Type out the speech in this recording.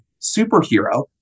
superhero